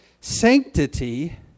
Sanctity